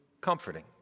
comforting